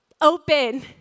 open